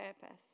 purpose